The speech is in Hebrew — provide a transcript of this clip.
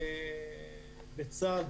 בצה"ל,